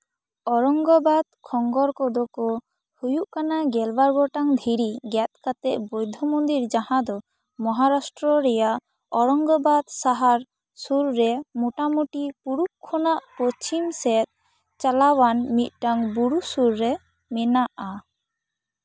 ᱚᱨᱳᱝᱜᱚ ᱵᱟᱫᱽ ᱠᱷᱚᱸᱜᱚᱨ ᱠᱚᱫᱚ ᱠᱚ ᱦᱩᱭᱩᱜ ᱠᱟᱱᱟ ᱜᱮᱞᱵᱟᱨ ᱜᱚᱴᱟᱝ ᱫᱷᱤᱨᱤ ᱜᱮᱫ ᱠᱟᱛᱮ ᱵᱩᱫᱽᱫᱷᱚ ᱢᱚᱱᱫᱤᱨ ᱡᱟᱦᱟᱸ ᱫᱚ ᱢᱚᱦᱟᱨᱟᱥᱴᱨᱚ ᱨᱮᱭᱟᱜ ᱚᱨᱳᱝᱜᱚᱵᱟᱫᱽ ᱥᱟᱦᱟᱨ ᱥᱩᱨ ᱨᱮ ᱢᱚᱴᱟᱢᱩᱴᱤ ᱯᱩᱨᱩᱵ ᱠᱷᱚᱱᱟᱜ ᱯᱚᱪᱷᱤᱢ ᱥᱮᱫ ᱪᱟᱞᱟᱣᱟᱱ ᱢᱤᱫᱴᱟᱝ ᱵᱩᱨᱩ ᱥᱩᱨ ᱨᱮ ᱢᱮᱱᱟᱜᱼᱟ